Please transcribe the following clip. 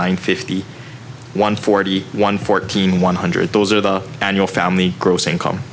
nine fifty one forty one fourteen one hundred those are the annual family gross income